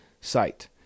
site